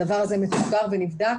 הדבר הזה מתוחקר ונבדק,